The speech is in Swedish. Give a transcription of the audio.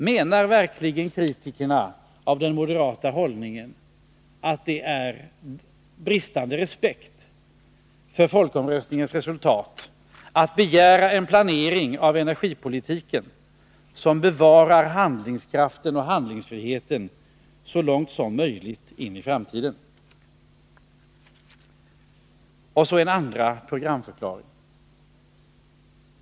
Menar verkligen kritikerna av den moderata hållningen att det är bristande respekt för folkomröstningens resultat att begära en planering av energipolitiken som bevarar handlingskraften och handlingsfriheten så långt som möjligt in i framtiden? Så kommer jag till en andra programförklaring.